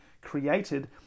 created